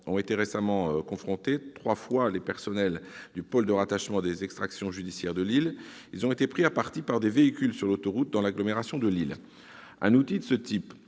ont été récemment confrontés- et par trois fois -les personnels du pôle de rattachement des extractions judiciaires de Lille : ils ont été pris à partie par des véhicules sur l'autoroute, dans l'agglomération de Lille. Un outil de ce type